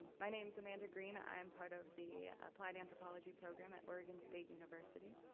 my name's amanda green, i'm part of the applied anthropology program at oregon state university.